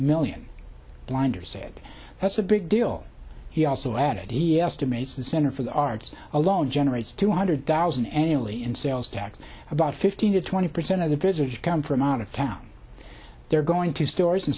million blinder said that's a big deal he also added he estimates the center for the arts alone generates two hundred thousand any only in sales tax about fifteen to twenty percent of the visitors come from out of town they're going stores and